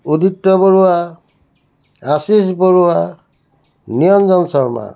Udipta Barua Ashish Barua Niranjan Sharma